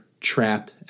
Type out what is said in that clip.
trap